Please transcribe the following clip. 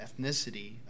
ethnicity